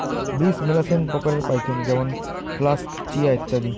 বীজ মেলাছেন প্রকারের পাইচুঙ যেমন ফ্লাক্স, চিয়া, ইত্যাদি